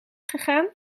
gegaan